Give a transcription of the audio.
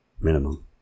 Minimum